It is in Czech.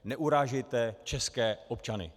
Neurážejte české občany.